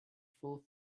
full